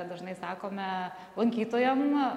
dažnai sakome lankytojam